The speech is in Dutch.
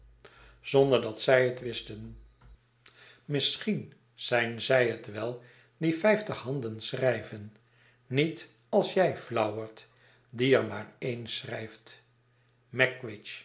zonder dat zij het wisten misschien zijn z ij het wel die vijftig handen schrijven niet als jij flauwert dieermaar een schrijft